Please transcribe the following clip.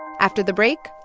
after the break,